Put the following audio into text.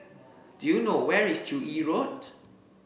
do you know where is Joo Yee Road